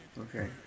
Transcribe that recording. Okay